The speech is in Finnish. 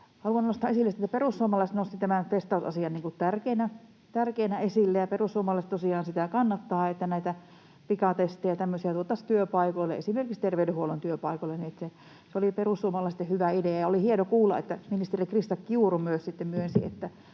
Haluan nostaa esille, että perussuomalaiset nostivat tämän testausasian tärkeänä esille, ja perussuomalaiset tosiaan kannattavat sitä, että näitä pikatestejä ja tämmöisiä tuotaisiin työpaikoille, esimerkiksi terveydenhuollon työpaikoille, eli se oli perussuomalaisten hyvä idea. Oli hieno kuulla, että ministeri Krista Kiuru myös